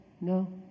No